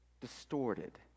distorted